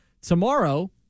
tomorrow